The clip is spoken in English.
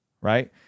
Right